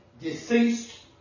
deceased